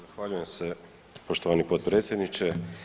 Zahvaljujem se poštovani potpredsjedniče.